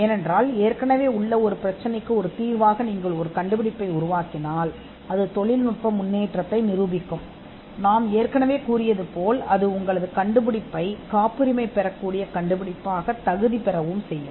ஏனென்றால் ஏற்கனவே உள்ள ஒரு சிக்கலுக்கான தீர்வாக நீங்கள் ஒரு கண்டுபிடிப்பை உருவாக்கினால் அது முன்னர் நாம் உள்ளடக்கியதை தொழில்நுட்ப முன்னேற்றத்தை நிரூபிக்கும் மேலும் இது உங்கள் கண்டுபிடிப்பை காப்புரிமை பெறக்கூடிய கண்டுபிடிப்பாகவும் தகுதி பெறும்